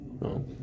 no